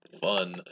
Fun